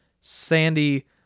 sandy